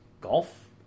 golf